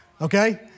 Okay